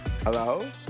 Hello